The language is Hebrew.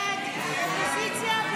הסתייגות 1674 לא נתקבלה.